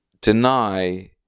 deny